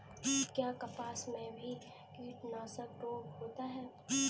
क्या कपास में भी कीटनाशक रोग होता है?